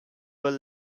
were